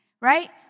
right